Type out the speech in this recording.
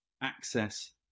access